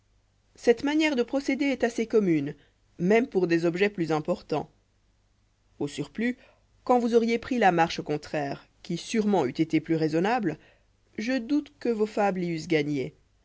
cette manière de procéder est assez commune même pour des objets plus importants au surplus quand vous auriez pris la marche contraire qui sûrement eût été plus raisonnable je doute que vos fables y